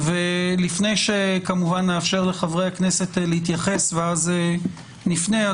לפני שכמובן נאפשר לחברי הכנסת להתייחס ואז נפנה,